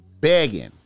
begging